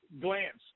glance